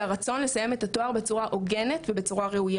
הרצון לסיים את התואר בצורה הוגנת וראויה.